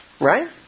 Right